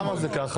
למה זה ככה?